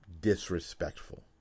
disrespectful